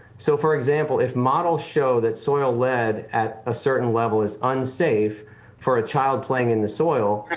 so for example, if model show that soil lead at a certain level is unsafe for a child playing in the soil,